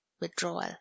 withdrawal